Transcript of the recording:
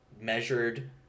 measured